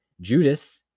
Judas